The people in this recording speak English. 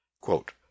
Quote